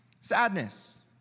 sadness